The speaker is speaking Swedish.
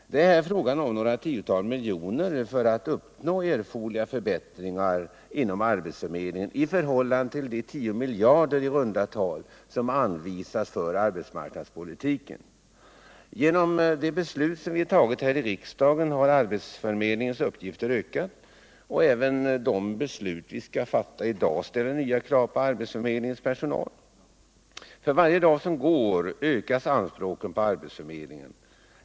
Det är fråga om några tiotal miljoner för att uppnå erforderliga förbättringar för arbetsförmedlingen, i förhållande till i runda tal 10 miljarder som anvisas till arbetsmarknadspolitiken. Genom de beslut som vi fattat här i riksdagen har arbetsförmedlingens arbetsuppgifter ökat. Även de beslut som vi skall fatta i dag ställer nya krav på arbetsförmedlingens personal och resurser. För varje dag som går ökas anspråken på arbetsförmedlingen.